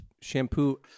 shampoo